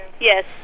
Yes